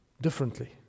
differently